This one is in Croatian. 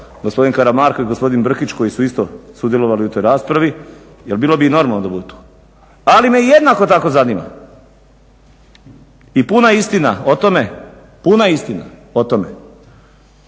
gospodin Karamarko i gospodin Brkić koji su isto sudjelovali u toj raspravi, jer bilo bi i normalno da budu tu. Ali me i jednako tako zanima i puna istina o tome tko je,